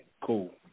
cool